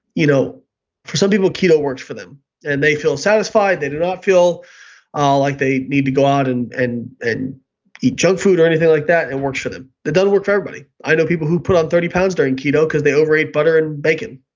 you know for some people keto works for them and they feel satisfied, they do not feel ah like they need to go out and and eat junk food or anything like that, and it works for them. that doesn't work for everybody. i know people who put on thirty pounds during keto because they overate butter and bacon